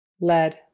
Lead